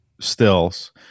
stills